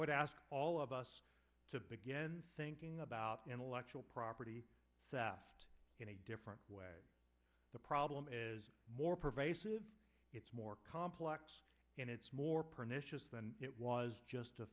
would ask all of us to begin thinking about intellectual property theft in a different way the problem is more pervasive it's more complex and it's more pernicious than it was just a